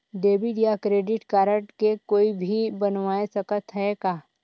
Debit या credit card के कोई भी बनवाय सकत है का?